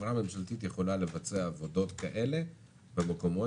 שחברה ממשלתית יכולה לבצע עבודות כאלה במקומות